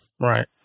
Right